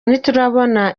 ntiturabona